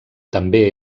també